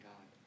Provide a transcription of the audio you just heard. God